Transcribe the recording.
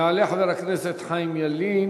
יעלה חבר הכנסת חיים ילין,